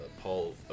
Paul